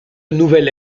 nouvelle